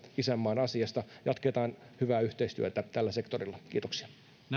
isänmaan asiasta jatketaan hyvää yhteistyötä tällä sektorilla kiitoksia